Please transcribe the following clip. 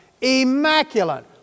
Immaculate